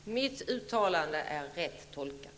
Herr talman! Mitt uttalande är rätt tolkat.